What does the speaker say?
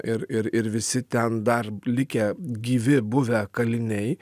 ir ir ir visi ten dar likę gyvi buvę kaliniai